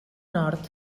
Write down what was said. nord